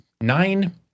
nine